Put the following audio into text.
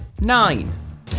Nine